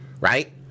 right